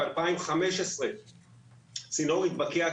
ב-2015 צינור התבקע,